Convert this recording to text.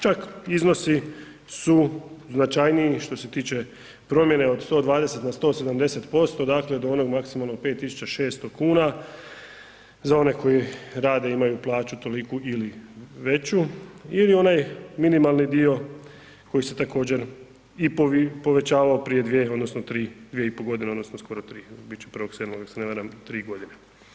Čak iznosi su značajniji što se tiče primjene od 120 na 170% dakle do onog maksimalnog 5.600 kuna za one koji rade i imaju plaću toliku ili veću ili onaj minimalni dio koji se također i povećavao prije 2 odnosno 3, 2,5 godine odnosno skoro 3 bit će 1.7. ako se ne varam 3 godine.